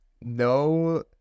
No